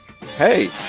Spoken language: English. hey